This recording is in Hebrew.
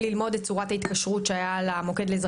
לפ"מ.